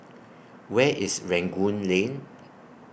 Where IS Rangoon Lane